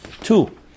Two